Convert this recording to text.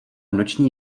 noční